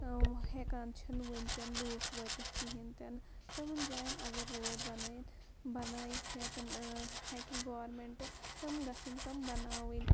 ہٮ۪کان چھِنہٕ وٕنۍ تہِ نہٕ لوٗکھ وٲتِتھ کِہیٖنۍ تہِ نہٕ تِمَن جایَن اگر روڈ بَنٲیِتھ بَنٲیِتھ ہٮ۪کَن ہٮ۪کہِ گورمٮ۪نٛٹ تِم گژھَن تِم بَناوٕنۍ